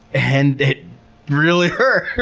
and it really hurt!